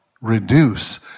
reduce